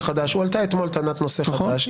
הועלתה אתמול טענת נושא חדש,